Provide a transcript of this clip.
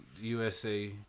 USA